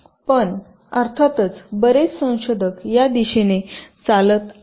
पण अर्थातच बरेच संशोधक या दिशेने चालत आहेत